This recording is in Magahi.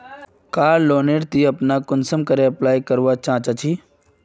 कार लोन नेर ती अपना कुंसम करे अप्लाई करवा चाँ चची?